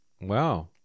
Wow